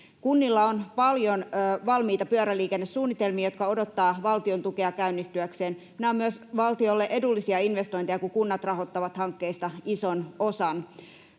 Kunnilla on paljon valmiita pyöräliikennesuunnitelmia, jotka odottavat valtiontukea käynnistyäkseen. Nämä ovat myös valtiolle edullisia investointeja, kun kunnat rahoittavat hankkeista ison osan.